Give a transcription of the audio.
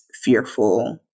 fearful